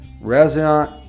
resonant